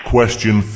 Question